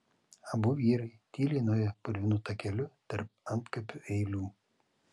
abu vyrai tyliai nuėjo purvinu takeliu tarp antkapių eilių